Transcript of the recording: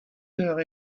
heures